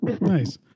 Nice